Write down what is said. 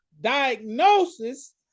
diagnosis